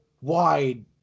wide